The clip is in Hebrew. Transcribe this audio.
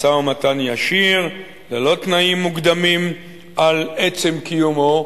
משא-ומתן ישיר ללא תנאים מוקדמים על עצם קיומו.